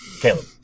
Caleb